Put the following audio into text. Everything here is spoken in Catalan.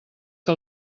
que